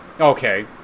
Okay